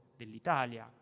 dell'Italia